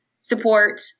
support